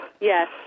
Yes